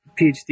PhD